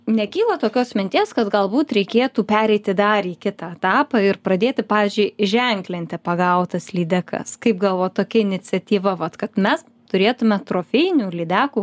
nekyla tokios minties kad galbūt reikėtų pereiti dar į kitą etapą ir pradėti pavyzdžiui ženklinti pagautas lydekas kaip gavojat tokia iniciatyva vat kad mes turėtume trofėjinių lydekų